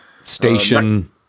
Station